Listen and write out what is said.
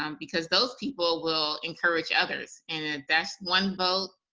um because those people will encourage others, and if that's one vote,